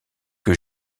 que